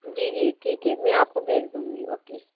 जी जी ठीक है मैं आपको भेज दूँगी ओके